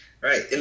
Right